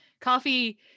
coffee